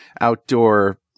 outdoor